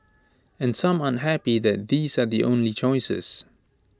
and some aren't happy that these are the only choices